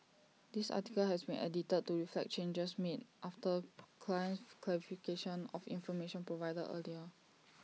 this article has been edited to reflect changes made after client's clarification of information provided earlier